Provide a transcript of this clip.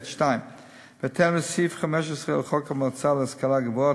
2. בהתאם לסעיף 15 לחוק המועצה להשכלה גבוהה,